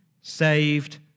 saved